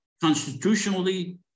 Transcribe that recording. constitutionally